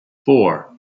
four